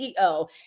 CEO